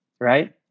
right